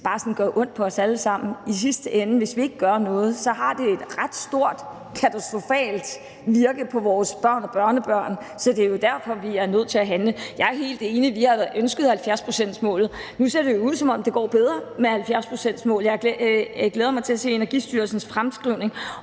nødvendigvis sådan gør ondt på os alle sammen. I sidste ende har det, hvis vi ikke gør noget, et ret stort katastrofalt virke på vores børn og børnebørn. Så det er jo derfor, vi er nødt til at handle. Jeg er helt enig i, at vi har ønsket 70-procentsmålet, og nu ser det jo ud, som om det går bedre med 70-procentsmålet. Jeg glæder mig til at se Energistyrelsens fremskrivning,